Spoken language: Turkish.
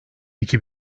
iki